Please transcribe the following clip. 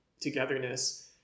togetherness